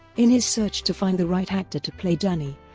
in his search to find the right actor to play danny,